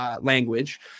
language